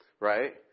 Right